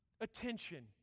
attention